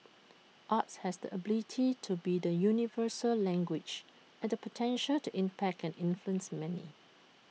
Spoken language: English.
arts has the ability to be the universal language and the potential to impact and influence many